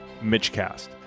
MitchCast